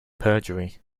perjury